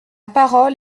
parole